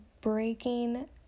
breaking